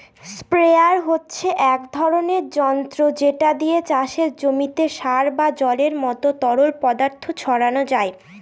sprayer হচ্ছে এক ধরণের যন্ত্র যেটা দিয়ে চাষের জমিতে সার বা জলের মত তরল পদার্থ ছড়ানো যায়